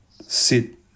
sit